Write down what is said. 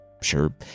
Sure